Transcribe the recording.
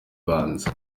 banzi